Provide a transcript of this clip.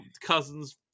cousin's